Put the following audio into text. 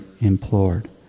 implored